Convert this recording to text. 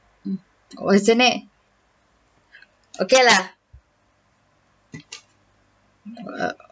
mm oh isn't it okay lah err